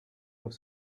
auf